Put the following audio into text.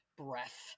breath